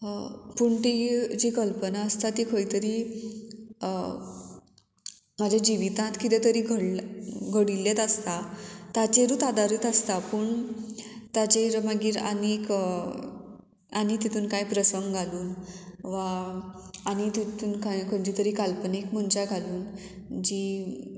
पूण ती जी कल्पना आसता ती खंय तरी म्हाज्या जिवितांत कितें तरी घडला घडिल्लेत आसता ताचेरूच आदारीत आसता पूण ताचेर मागीर आनीक आनी तितून कांय प्रसंग घालून वा आनी तितून खंयची तरी काल्पनीक मनशां घालून जी